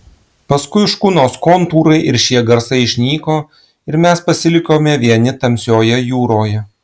paskui škunos kontūrai ir šie garsai išnyko ir mes pasilikome vieni tamsioje jūroje